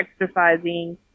exercising